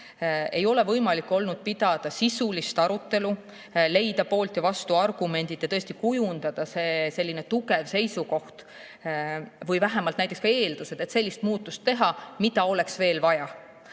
ole olnud võimalik pidada sisulist arutelu, leida poolt‑ ja vastuargumente ja tõesti kujundada selline tugev seisukoht või vähemalt näiteks ka eeldused, et kui sellist muudatust teha, siis mida oleks veel vaja.